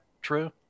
true